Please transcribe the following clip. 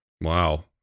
Wow